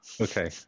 Okay